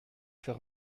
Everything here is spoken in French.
faire